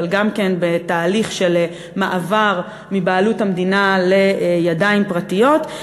אבל גם כן בתהליך של מעבר מבעלות המדינה לידיים פרטיות.